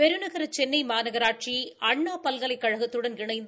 பெருநகர சென்னை மாநகராட்சி அண்ணா பல்கலைக்கழகத்துடன் இணைந்து